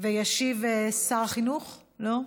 ישיב שר החינוך, לא?